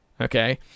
Okay